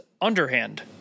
underhand